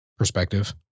Perspective